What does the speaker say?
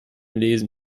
lesen